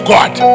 God